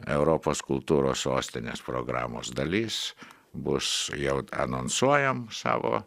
europos kultūros sostinės programos dalis bus jau anonsuojam savo